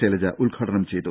ശൈലജ ഉദ്ഘാടനം ചെയ്തു